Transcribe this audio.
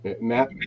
Matt